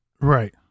Right